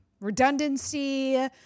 redundancy